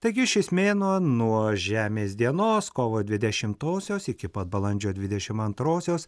taigi šis mėnuo nuo žemės dienos kovo dvidešimtosios iki pat balandžio dvidešim antrosios